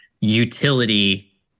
utility